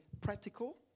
practical